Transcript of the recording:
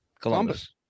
Columbus